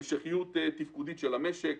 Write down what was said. המשכיות תפקודית של המשק,